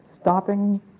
stopping